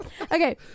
Okay